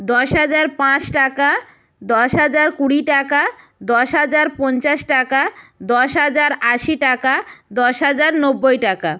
দশ হাজার পাঁচ টাকা দশ হাজার কুড়ি টাকা দশ হাজার পঞ্চাশ টাকা দশ হাজার আশি টাকা দশ হাজার নব্বই টাকা